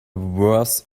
worse